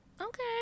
Okay